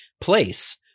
place